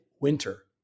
winter